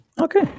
Okay